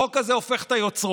החוק הזה הופך את היוצרות.